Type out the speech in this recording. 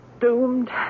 doomed